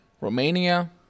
Romania